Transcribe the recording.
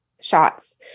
shots